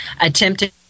attempted